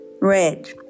Red